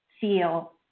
feel